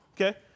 Okay